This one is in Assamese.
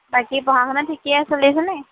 বাকী পঢ়া শুনা ঠিকে চলি আছেনে